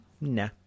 nah